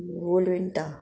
वूल विण्टा